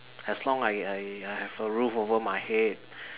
as long I I I have a roof over my head